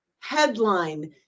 headline